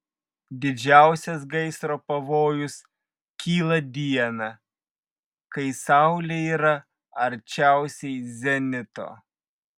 didžiausias gaisro pavojus kyla dieną kai saulė yra arčiausiai zenito